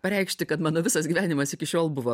pareikšti kad mano visas gyvenimas iki šiol buvo